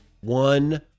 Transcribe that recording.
One